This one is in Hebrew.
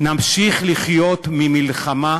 נמשיך לחיות ממלחמה